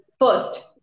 First